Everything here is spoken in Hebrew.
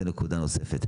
זו נקודה נוספת.